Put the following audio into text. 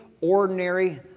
ordinary